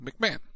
McMahon